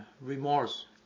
remorse